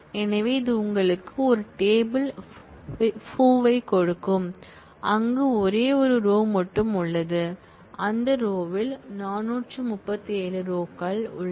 எனவே இது உங்களுக்கு ஒரு டேபிள் Foo ஐக் கொடுக்கும் அங்கு ஒரே ஒரு ரோ மட்டுமே உள்ளது அந்த ரோல் 437 ரோ உள்ளது